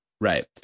right